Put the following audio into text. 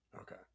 okay